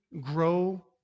grow